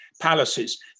palaces